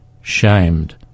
shamed